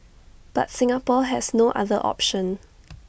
but Singapore has no other option